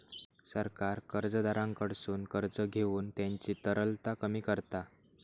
सरकार कर्जदाराकडसून कर्ज घेऊन त्यांची तरलता कमी करता